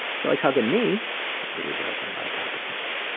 she likes hugging me who doesn't like hugging me?